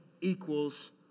equals